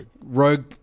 rogue